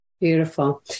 Beautiful